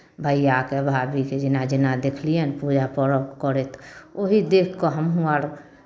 भैयाकेँ भाभीकेँ जेना जेना देखलियनि पूजा पर्व करैत ओही देखि कऽ हमहूँ अर